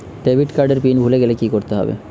Debit card এর PIN ভুলে গেলে কি করতে হবে?